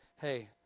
hey